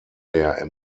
der